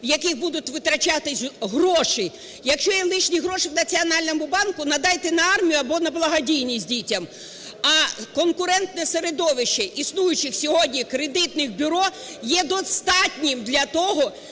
в яких будуть витрачатись гроші. Якщо є лишні гроші в Національному банку, надайте на армію або на благодійність дітям. А конкурентне середовище існуючих сьогодні кредитних бюро є достатнім для того,